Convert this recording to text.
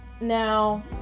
now